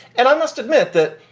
and i must admit that,